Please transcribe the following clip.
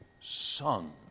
Son